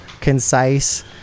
concise